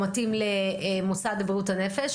מתאים למוסד לבריאות הנפש,